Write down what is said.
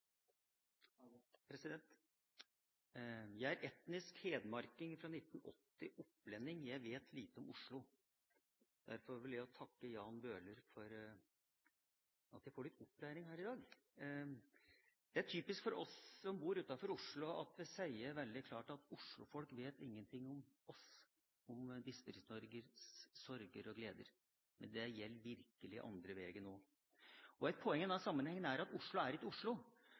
er jeg opplending. Jeg vet lite om Oslo, og derfor vil jeg også takke Jan Bøhler for at jeg får litt opplæring her i dag. Det er typisk for oss som bor utenfor Oslo, at vi sier veldig klart at Oslo-folk vet ingenting om oss, om Distrikts-Norges sorger og gleder, men det gjelder virkelig den andre veien også. Et poeng i denne sammenhengen er at Oslo er ikke Oslo.